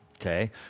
Okay